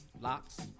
Locks